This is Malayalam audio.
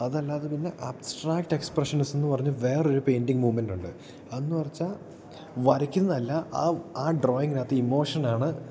അതല്ലാതെ പിന്നെ അബ്സ്ട്രാക്റ്റ് എക്സ്പ്രഷനസ് എന്ന് പറഞ്ഞ് വേറൊരു പെയിൻറിങ് മൂ്മെൻറ് ഉണ്ട് അത് എന്ന് പറച്ചാ വരയ്ക്കുന്നതല്ല ആ ആ ഡ്രോയിങ്ങിനകത്ത് ഇമോഷനാണ്